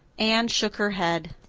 anne shook her head.